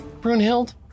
Brunhild